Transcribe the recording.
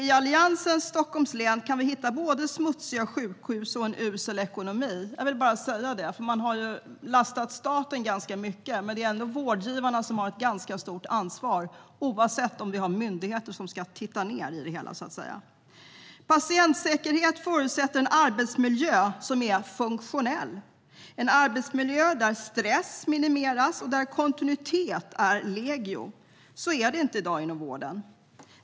I Alliansens Stockholms län kan vi hitta både smutsiga sjukhus och en usel ekonomi. Jag vill bara säga det. Man har lastat staten ganska mycket. Men det är ändå vårdgivarna som har ett ganska stort ansvar oavsett om vi har myndigheter som ska titta på det hela. Patientsäkerhet förutsätter en arbetsmiljö som är funktionell. Det är en arbetsmiljö där stress minimeras och kontinuitet är regel. Så är det inte i dag inom vården.